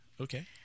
Okay